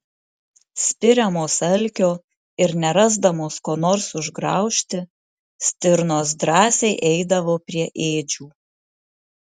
spiriamos alkio ir nerasdamos ko nors užgraužti stirnos drąsiai eidavo prie ėdžių